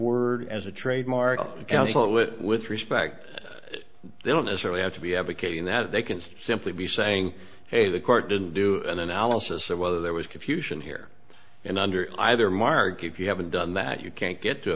word as a trademark with respect they don't necessarily have to be advocating that they can simply be saying hey the court didn't do an analysis of whether there was confusion here and under either mark if you haven't done that you can't get to